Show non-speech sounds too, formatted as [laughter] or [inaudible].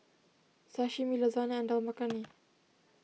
Sashimi Lasagne and Dal Makhani [noise]